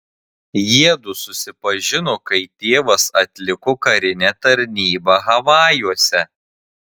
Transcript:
jiedu susipažino kai tėvas atliko karinę tarnybą havajuose